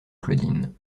claudine